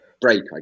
break